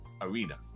arena